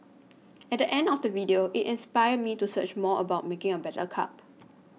at the end of the video it inspired me to search more about making a better cup